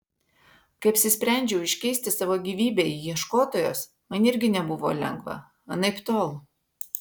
kai apsisprendžiau iškeisti savo gyvybę į ieškotojos man irgi nebuvo lengva anaiptol